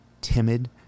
timid